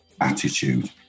attitude